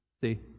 see